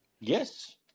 Yes